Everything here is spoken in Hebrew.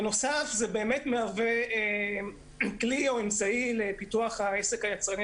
בנוסף זה כלי או אמצעי לפיתוח העסק היצרני